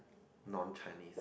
none Chinese